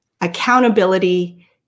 accountability